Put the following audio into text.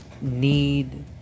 need